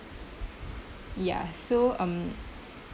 ya so um